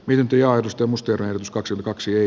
myynti ja osto mustia ranskaksi kaksi